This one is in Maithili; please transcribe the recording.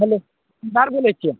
हेलो दूकानदार बोलै छियै